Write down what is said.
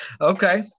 Okay